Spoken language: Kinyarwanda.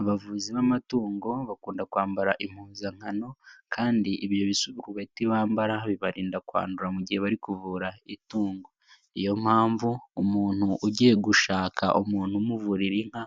Abavuzi b'amatungo bakunda kwambara impuzankano kandi ibyo bisurubeti bambara bibarinda kwandura mu gihe bari kuvura itungo, ni yo mpamvu umuntu ugiye gushaka umuntu umuvurira inka,